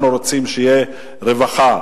אנחנו רוצים שתהיה רווחה,